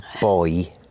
boy